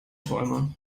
träumer